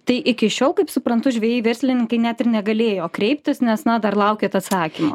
tai iki šiol kaip suprantu žvejai verslininkai net ir negalėjo kreiptis nes na dar laukėt atsakymo